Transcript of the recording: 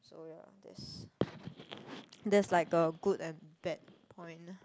so ya that's that's like a good and bad point lah